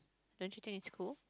don't you think it's cool